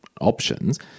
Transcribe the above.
options